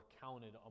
counted